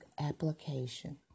application